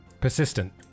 persistent